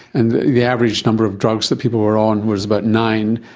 and the average number of drugs that people were on was about nine,